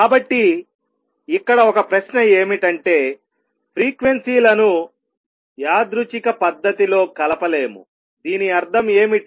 కాబట్టి ఇక్కడ ఒక ప్రశ్న ఏమిటంటే ఫ్రీక్వెన్సీలను యాదృచ్ఛిక పద్ధతిలో కలపలేము దీని అర్థం ఏమిటి